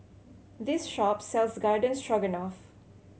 this shop sells Garden Stroganoff